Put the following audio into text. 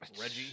Reggie